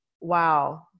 wow